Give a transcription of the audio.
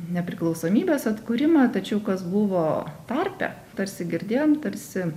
nepriklausomybės atkūrimą tačiau kas buvo tarpe tarsi girdėjom tarsi